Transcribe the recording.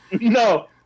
No